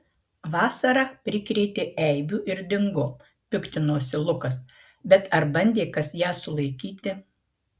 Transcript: vasara prikrėtė eibių ir dingo piktinosi lukas bet ar bandė kas ją sulaikyti